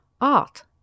art